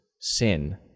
sin